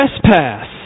trespass